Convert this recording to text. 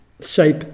shape